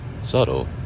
Subtle